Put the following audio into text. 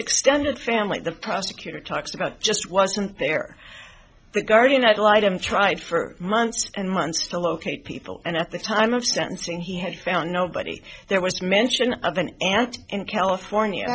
extended family the prosecutor talked about just wasn't there the guardian ad litum tried for months and months to locate people and at the time of sentencing he had found nobody there was mention of an aunt in california